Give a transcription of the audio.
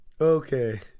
Okay